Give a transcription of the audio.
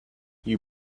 you